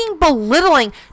belittling